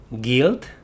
guilt